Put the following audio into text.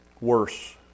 worse